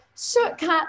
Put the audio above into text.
shortcut